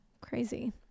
crazy